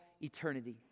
eternity